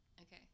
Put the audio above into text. Okay